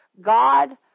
God